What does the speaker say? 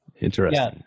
Interesting